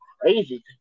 crazy